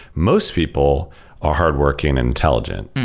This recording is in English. most people are hard-working and intelligent.